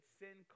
sin